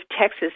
Texas